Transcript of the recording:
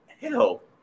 hell